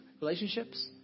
relationships